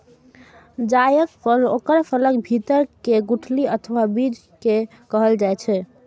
जायफल ओकर फलक भीतर के गुठली अथवा बीज कें कहल जाइ छै